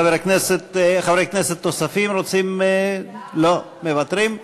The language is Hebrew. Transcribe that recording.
חברי כנסת נוספים רוצים, לא, מוותרים?